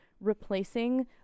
replacing